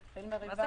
אין מריבה.